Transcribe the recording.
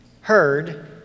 heard